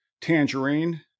tangerine